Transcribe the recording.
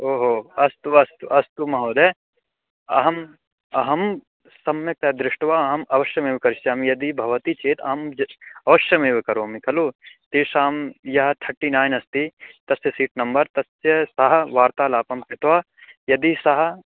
ओ हो अस्तु अस्तु अस्तु महोदय अहम् अहं सम्यक्तया दृष्ट्वा अहं अवश्यमेव करिष्यामि यदि भवति चेत् अहं जश् अवश्यमेव करोमि कलु तेषां या थर्टिनैन् अस्ति तस्य सीट् नम्बर् तस्य सः वार्तालापं कृत्वा यदि सः